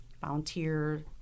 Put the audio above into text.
volunteer